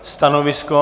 Stanovisko?